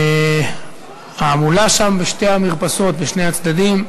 ההמולה שם בשתי המרפסות, בשני הצדדים,